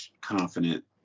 confident